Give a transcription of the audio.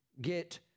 get